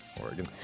Oregon